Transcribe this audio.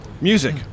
Music